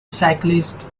cyclist